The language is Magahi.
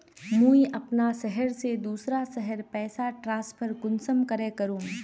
मुई अपना शहर से दूसरा शहर पैसा ट्रांसफर कुंसम करे करूम?